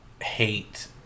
Hate